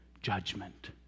Judgment